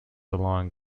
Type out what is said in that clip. along